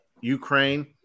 Ukraine